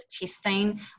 testing